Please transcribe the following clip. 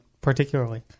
particularly